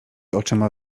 oczyma